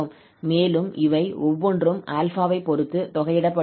மேலும் இவை ஒவ்வொன்றும் 𝛼 ஐ பொறுத்து தொகையிடப்படுகின்றன